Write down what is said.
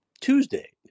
Tuesday